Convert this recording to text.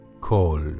Call